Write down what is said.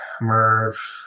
Merv